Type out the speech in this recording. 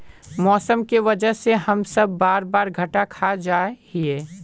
मौसम के वजह से हम सब बार बार घटा खा जाए हीये?